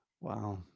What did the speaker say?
Wow